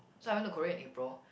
so I went to Korea in April